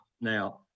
Now